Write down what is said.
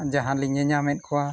ᱡᱟᱦᱟᱸᱞᱤᱧ ᱧᱮᱧ ᱧᱟᱢᱮᱫ ᱠᱚᱣᱟ